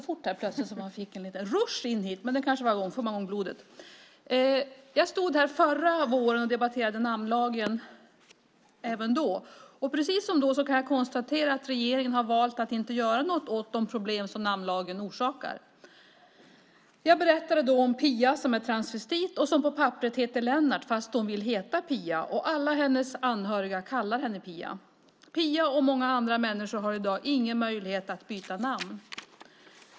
Fru talman! Jag stod här även förra våren och debatterade namnlagen. Precis som då kan jag konstatera att regeringen har valt att inte göra något åt de problem som namnlagen orsakar. Jag berättade då om Pia som är transvestit och som på papperet heter Lennart fast hon vill heta Pia, och alla hennes anhöriga kallar henne Pia. Pia och många andra människor har i dag ingen möjlighet att byta namn.